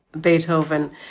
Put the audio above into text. Beethoven